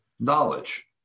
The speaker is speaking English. Knowledge